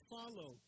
follow